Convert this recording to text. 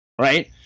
right